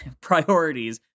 Priorities